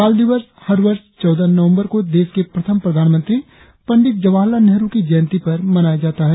बाल दिवस हर वर्ष चौदह नवंबर को देश के प्रथम प्रधानमंत्री पंडित जवाहरलाल नेहरु की जयंती पर मनाया जाता है